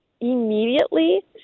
immediately